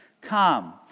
Come